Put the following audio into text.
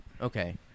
okay